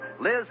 Liz